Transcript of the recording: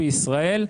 בישראל.